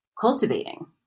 cultivating